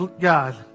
God